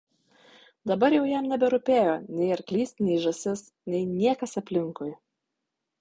dabar jau jam neberūpėjo nei arklys nei žąsis nei niekas aplinkui